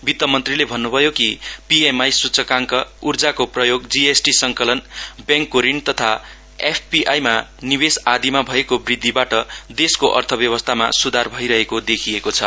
वित्त मन्त्रीले भन्नुभयो कि पिएमआई सुचकाङकऊर्जाको प्रयोग जीएसटी संकलन व्याङकको ऋण तथा एफपीआई मा निवेश आदिमा भएको वृद्धिबाट देशको अथव्यवस्थामा सुधार भइरहेको देखिएको छ